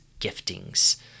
giftings